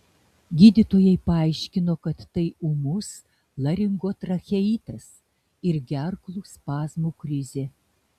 gydytojai paaiškino kad tai ūmus laringotracheitas ir gerklų spazmų krizė